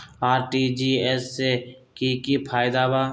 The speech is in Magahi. आर.टी.जी.एस से की की फायदा बा?